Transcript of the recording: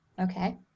Okay